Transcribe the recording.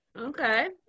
okay